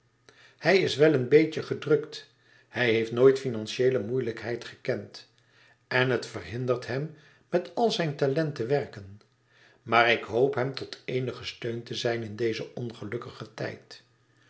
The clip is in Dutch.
hij is wel een beetje gedrukt hij heeft nooit finantieele moeilijkheid gekend en het verhindert hem met al zijn talent te werken maar ik hoop hem tot eenigen steun te zijn in dezen ongelukkigen tijd